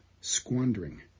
squandering